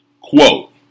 Quote